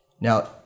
Now